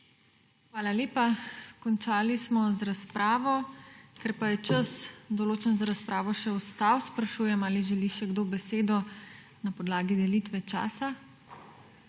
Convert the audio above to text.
Hvala lepa. Končali smo z razpravo. Ker je čas, določen za razpravo, še ostal, sprašujem, ali želi še kdo besedo na podlagi delitve časa.